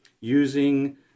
Using